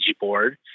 board